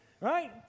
right